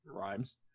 rhymes